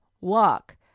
walk